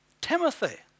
Timothy